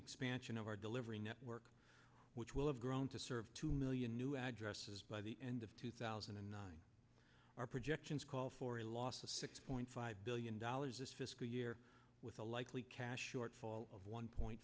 expansion of our delivery network which will have grown to serve two million new addresses by the end of two thousand and nine our projections call for a loss of six point five billion dollars this the school year with a likely cash shortfall of one point